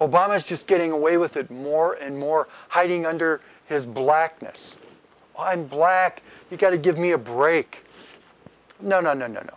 obama is just getting away with it more and more hiding under his blackness well i'm black you got to give me a break no no no no no